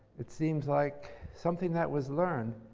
it seems like something that was learned.